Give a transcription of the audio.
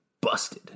busted